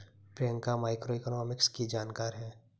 Priyanka macroeconomics की जानकार है